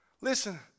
Listen